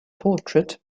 portrait